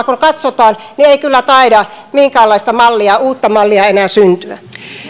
kun tätä katsotaan ei kyllä taida minkäänlaista uutta mallia enää syntyä